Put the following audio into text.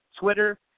Twitter